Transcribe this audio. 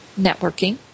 networking